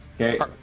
okay